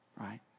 Right